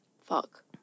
Fuck